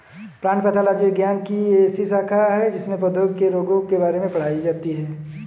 plant pathology विज्ञान की ऐसी शाखा है जिसमें पौधों के रोगों के बारे में पढ़ाई की जाती है